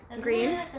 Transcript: Green